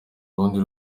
rundi